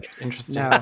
interesting